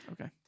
Okay